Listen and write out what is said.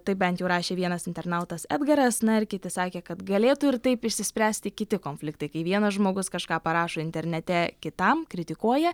tai bent jau rašė vienas internautas edgaras na ir kiti sakė kad galėtų ir taip išsispręsti kiti konfliktai kai vienas žmogus kažką parašo internete kitam kritikuoja